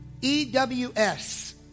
EWS